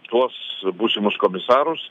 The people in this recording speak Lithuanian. tuos būsimus komisarus